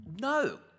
no